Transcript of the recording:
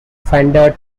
fender